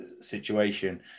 situation